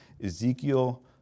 Ezekiel